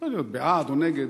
אפשר להיות בעד או נגד,